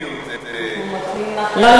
אנחנו נותנים לך הערה,